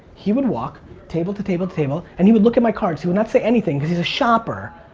he would walk table to table to table, and he would look at my cards. he would not say anything because he's a shopper.